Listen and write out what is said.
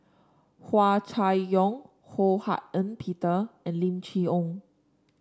Hua Chai Yong Ho Hak Ean Peter and Lim Chee Onn